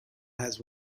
has